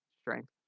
strength